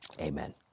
Amen